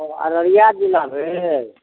अररिया जिला भेल